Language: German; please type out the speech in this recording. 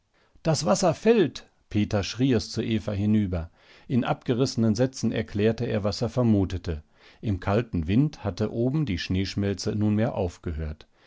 das wasser fällt peter schrie es zu eva hinüber in abgerissenen sätzen erklärte er was er vermutete im kalten wind hatte oben die schneeschmelze nunmehr aufgehört